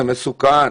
זה מסוכן.